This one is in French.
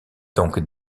donc